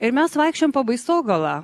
ir mes vaikščiojom po baisogalą